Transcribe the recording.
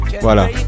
Voilà